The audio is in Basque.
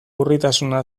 urritasuna